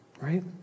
right